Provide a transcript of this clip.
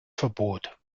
verbot